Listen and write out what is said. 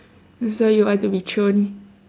so you want to be thrown